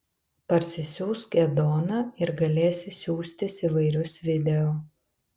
parsisiųsk edoną ir galėsi siųstis įvairius video